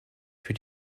für